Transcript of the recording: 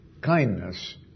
kindness